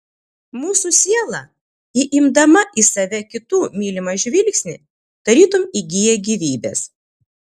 mūsų siela įimdama į save kitų mylimą žvilgsnį tarytum įgyja gyvybės